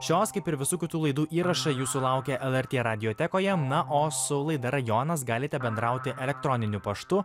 šios kaip ir visų kitų laidų įrašai jūsų laukia lrt radiotekoje na o su laida rajonas galite bendrauti elektroniniu paštu